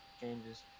changes